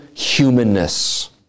Humanness